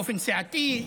באופן סיעתי,